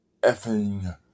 effing